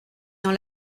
dans